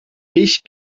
ich